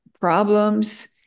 problems